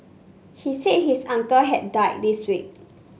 he said his uncle had died this week